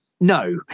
No